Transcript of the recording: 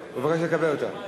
הוא ביקש לקבל אותה.